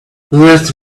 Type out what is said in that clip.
let